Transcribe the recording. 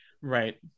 right